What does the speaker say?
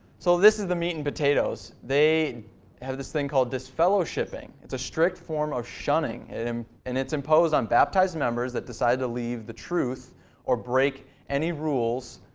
so this is the meat and potatoes. they have this thing called disfellowshipping. it's a strict form of shunning and um and it's imposed on baptized members that decide to leave the truth or break any rules,